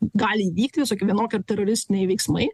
gali įvykti visokie vienok ir teroristiniai veiksmai